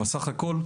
אבל סך הכול,